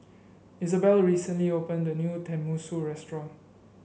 Izabelle recently opened a new Tenmusu restaurant